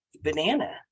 banana